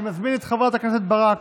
אני מזמין את חברת הכנסת ברק